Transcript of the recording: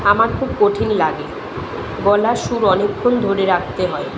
আমার খুব কঠিন লাগে গলার সুর অনেকক্ষণ ধরে রাখতে হয়